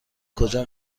کجا